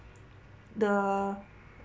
the